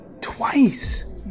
Twice